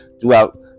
throughout